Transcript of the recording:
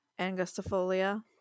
angustifolia